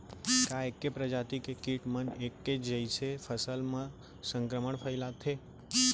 का ऐके प्रजाति के किट मन ऐके जइसे फसल म संक्रमण फइलाथें?